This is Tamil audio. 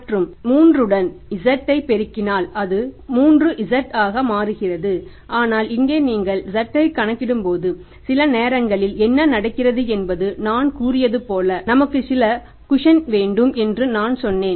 மற்றும் 3 உடன் z ஐ பெருக்கினால் அது 3z ஆக மாறுகிறது ஆனால் இங்கே நீங்கள் z ஐ கணக்கிடும்போது சில நேரங்களில் என்ன நடக்கிறது என்பது நான் கூறியதுபோல நமக்கு சில குஷன் வேண்டும் என்று நான் சொன்னேன்